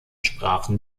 sprachen